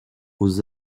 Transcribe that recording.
aux